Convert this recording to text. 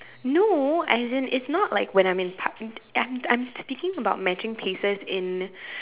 no as in it's not like when I'm in pu~ I'm I'm speaking about matching paces in